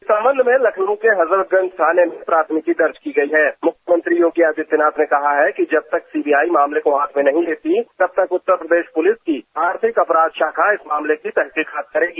इस संबंध में लखनऊ के हजरतगंज थाने में प्राथमिकी दर्ज की गई है मुख्यमंत्री योगी आदित्यनाथ ने कहा है कि जब तक सीबीआई मामले को हाथ में नहीं लेती तब तक उत्तर प्रदेश पुलिस की आर्थिक अपराध शाखा इस मामले की तहकीकात करेगी